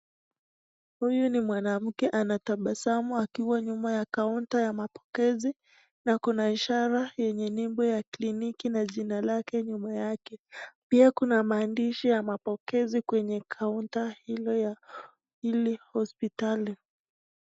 Huyu ni mwanamke anatabasamu akiwa kwenye kauta ya mapokezi na kuna ishara yenye nembo ya kliniki na jina lake nyuma yake. Pia kuna maandishi ya mapokezi kwenye kauta hiyo ya hili hospitali.